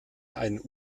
einen